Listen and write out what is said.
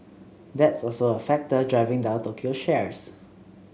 that's also a factor driving down Tokyo shares